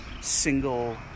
single